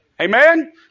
Amen